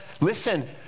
listen